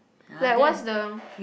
like what's the